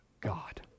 God